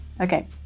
okay